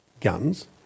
guns